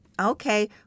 Okay